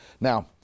Now